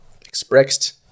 expressed